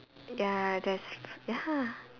ya that's ya